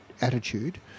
attitude